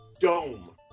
dome